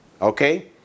Okay